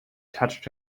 touched